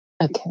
okay